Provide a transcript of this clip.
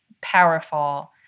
powerful